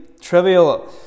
trivial